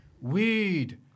weed